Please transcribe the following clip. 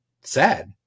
Sad